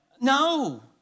No